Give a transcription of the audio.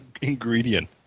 ingredient